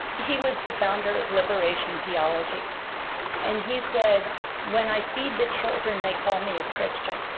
he was the founder of liberation theology and he said when i feed the children they call me a christian